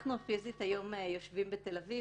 פיזית אנחנו יושבים בתל אביב,